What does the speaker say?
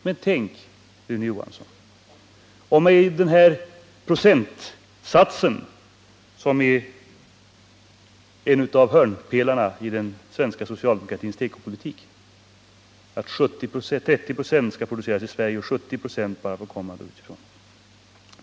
Men tänk, Rune Johansson, om vi skulle införa detta med procentsatser, som är en av hörnpelarna i den svenska socialdemokratins tekopolitik — 30 96 skall produceras i Sverige och 70 96 får komma utifrån.